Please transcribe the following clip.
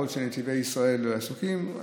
יכול להיות שנתיבי ישראל עסוקים.